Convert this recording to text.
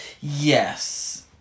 Yes